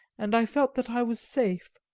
and i felt that i was safe.